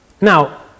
Now